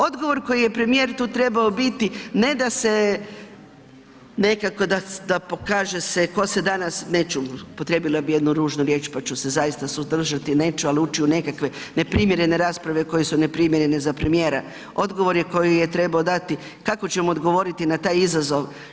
Odgovor koji je premijer tu trebao biti ne da se, nekako da pokaže se tko se danas, neću, upotrijebila bih jednu ružnu riječ pa ću se zaista suzdržati, neću, ali ući u nekakve neprimjerene rasprave koje su neprimjerene za premijera, odgovor je koji je trebao dati, kako ćemo odgovoriti na taj izazov.